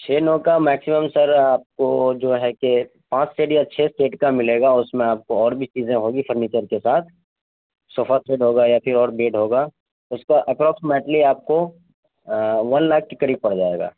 چھ نو کا میکسیمم سر آپ کو جو ہے کہ پانچ سیٹ یا چھ سیٹ کا ملے گا اس میں آپ کو اور بھی چیزیں ہوگی فرنیچر کے ساتھ صوفا سیڈ ہوگا یا پھر اور بیڈ ہوگا اس کا اپروکسیمیٹلی آپ کو ون لاک کے قریب پڑ جائے گا